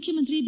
ಮುಖ್ಯಮಂತ್ರಿ ಬಿ